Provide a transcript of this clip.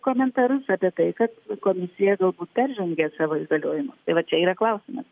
komentarus apie tai kad komisija galbūt peržengė savo įgaliojimus tai va čia yra klausimas